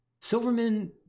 Silverman